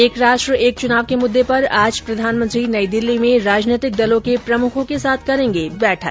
एक राष्ट्र एक चुनाव के मुद्दे पर आज प्रधानमंत्री नई दिल्ली में राजनीतिक दलों के प्रमुखों के साथ करेंगे बैठक